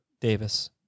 Davis